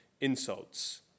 insults